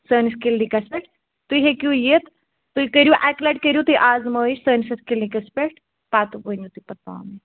سٲنِس کِلنِکَس پٮ۪ٹھ تُہۍ ہیٚکِو یِتھ تُہۍ کٔرِو اَکہِ لَٹہِ کٔرِو تُہۍ آزمٲیش سٲنِس یتھ کِلنِکَس پٮ۪ٹھ پَتہٕ ؤنِو تُہۍ پَتہٕ پانے